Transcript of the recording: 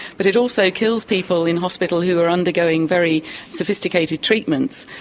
but it also kills people in hospital who are undergoing very sophisticated treatments.